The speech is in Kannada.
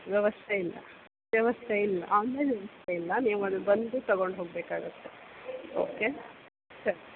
ವ್ಯವಸ್ಥೆ ಇಲ್ಲ ವ್ಯವಸ್ಥೆ ಇಲ್ಲ ಆನ್ಲೈನ್ ವ್ಯವಸ್ಥೆ ಇಲ್ಲ ನೀವು ಅಲ್ಲಿ ಬಂದು ತಗೊಂಡು ಹೋಗ್ಬೇಕಾಗುತ್ತೆ ಓಕೆ ಸರಿ ಹ್ಞೂ